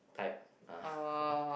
type uh